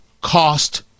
cost